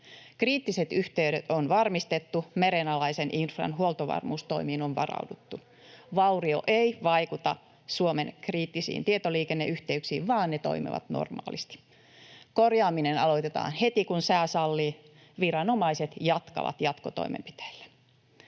Kriittiset yhteydet on varmistettu, merenalaisen infran huoltovarmuustoimiin on varauduttu. Vaurio ei vaikuta Suomen kriittisiin tietoliikenneyhteyksiin, vaan ne toimivat normaalisti. Korjaaminen aloitetaan heti, kun sää sallii. Viranomaiset jatkavat jatkotoimenpiteillä.